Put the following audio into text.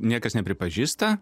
niekas nepripažįsta